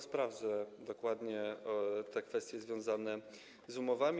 Sprawdzę dokładnie kwestie związane z umowami.